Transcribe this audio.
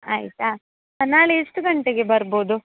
ಆಯಿತಾ ನಾಳೆ ಎಷ್ಟು ಗಂಟೆಗೇ ಬರ್ಬಹುದು